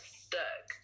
stuck